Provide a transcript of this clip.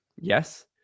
Yes